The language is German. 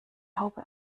haube